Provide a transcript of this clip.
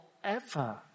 forever